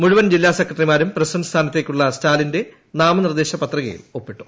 മുഴുവൻ ജില്ലാ സെക്രട്ടറിമാരും പ്രസിഡന്റ് സ്ഥാനത്തേക്കുള്ള സ്റ്റാലിന്റെ നാമനിർദ്ദേശ പത്രികയിൽ ഒപ്പിട്ടു